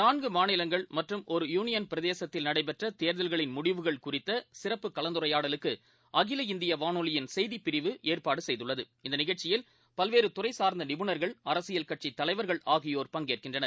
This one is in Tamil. நான்கு மாநிலங்கள் மற்றும் ஒரு யூனியள் பிரதேசத்தில் நடைபெற்ற தேர்தல்களின் முடிவுகள் குறித்த சிறப்பு கலந்துரையாடல் அகில இந்திய வானொலியின் செய்திப்பிரிவு ஏற்பாடு செய்துள்ளது இந்த நிகழ்ச்சியில் பல்வேறு துறை சார்ந்த நிபுணர்கள் அரசியல் கட்சி தலைவர்கள் ஆகியோர் பங்கேற்கின்றனர்